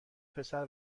پسر